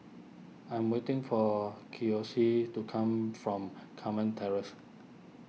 I'm waiting for Kiyoshi to come from Carmen Terrace